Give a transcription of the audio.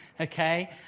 okay